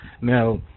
Now